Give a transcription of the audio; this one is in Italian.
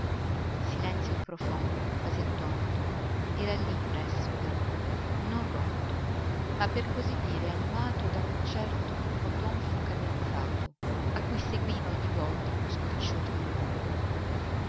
il silenzio profondo quasi attonito era lì presso però non rotto ma per così dire animato da un certo cupo tonfo cadenzato a cui seguiva ogni volta uno sgocciolio vivo